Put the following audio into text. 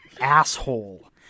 asshole